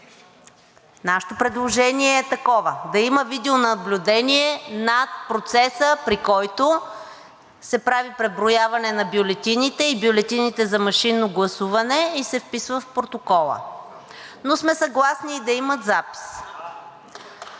Нашето предложение е такова – да има видеонаблюдение над процеса, при който се прави преброяване на бюлетините и бюлетините за машинно гласуване и се вписват в протокола. Съгласни сме да имат и запис.